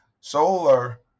solar